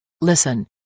Listen